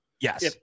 Yes